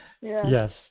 Yes